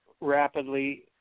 rapidly